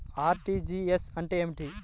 RTGS అంటే ఏమిటి?